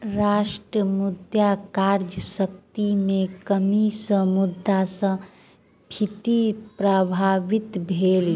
राष्ट्र मुद्रा क्रय शक्ति में कमी सॅ मुद्रास्फीति प्रभावित भेल